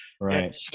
Right